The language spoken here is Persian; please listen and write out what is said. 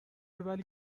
ولی